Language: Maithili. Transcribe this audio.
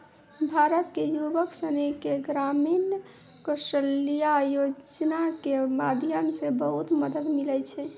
भारत के युवक सनी के ग्रामीण कौशल्या योजना के माध्यम से बहुत मदद मिलै छै